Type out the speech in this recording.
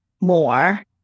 more